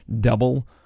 double